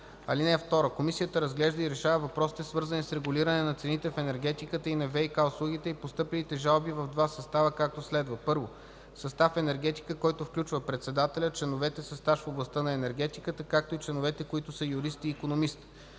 (2) Комисията разглежда и решава въпросите, свързани с регулиране на цените в енергетиката и на ВиК услугите и постъпилите жалби в два състава, както следва: 1. състав „Енергетика”, който включва председателя, членовете със стаж в областта на енергетиката, както и членовете, които са юрист и икономист;